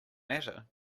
matter